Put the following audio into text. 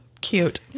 cute